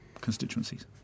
constituencies